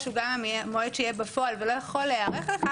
הוא גם המועד שיהיה בפועל והוא לא יכול להיערך לכך.